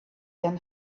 than